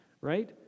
right